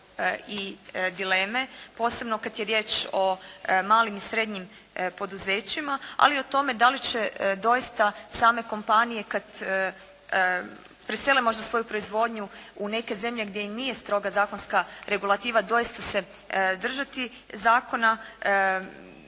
dileme posebno kad je riječ o malim i srednjim poduzećima, ali i o tome da li će doista same kompanije kad presele možda svoju proizvodnju u neke zemlje gdje i nije stroga zakonska regulativa, doista se držati zakona.